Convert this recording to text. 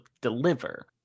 deliver